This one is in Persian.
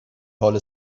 حال